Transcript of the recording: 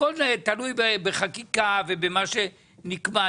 הכל תלוי בחקיקה ובמה שנקבע,